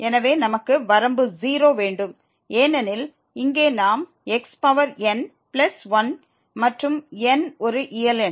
எனவே நமக்கு வரம்பு 0 வேண்டும் ஏனெனில் இங்கே நாம் x பவர் n பிளஸ் 1 மற்றும் n ஒரு இயல் எண்